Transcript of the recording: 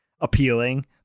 appealing